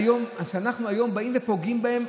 כשאנחנו היום באים ופוגעים בהן,